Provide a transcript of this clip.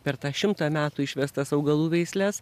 per tą šimtą metų išvestas augalų veisles